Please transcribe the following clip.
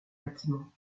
bâtiment